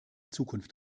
zukunft